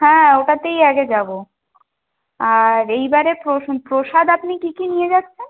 হ্যাঁ ওটাতেই আগে যাব আর এইবারে প্রসাদ আপনি কী কী নিয়ে যাচ্ছেন